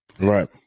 right